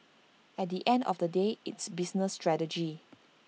at the end of the day it's business strategy